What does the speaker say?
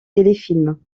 téléfilms